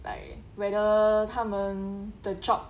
like whether 他们 the job